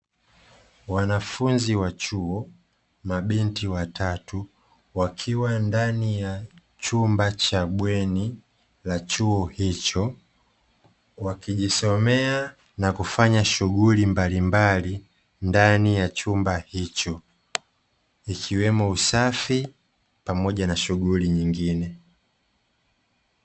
Wanafunzi wa chuo, mabinti watatu wakiwa ndani ya chumba cha bweni la chuo hicho, wakijisomea na kufanya shughuli mbalimbali ndani ya chumba hicho, ikiwemo usafi pamoja na shughuli zingine.